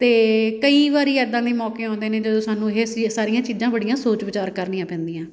ਅਤੇ ਕਈ ਵਾਰੀ ਇੱਦਾਂ ਦੇ ਮੌਕੇ ਆਉਂਦੇ ਨੇ ਜਦੋਂ ਸਾਨੂੰ ਇਹ ਸੀ ਸਾਰੀਆਂ ਚੀਜ਼ਾਂ ਬੜੀਆਂ ਸੋਚ ਵਿਚਾਰ ਕਰਨੀਆਂ ਪੈਂਦੀਆਂ